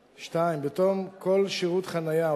2. בתום כל שירות חנייה,